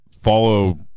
follow